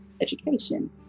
education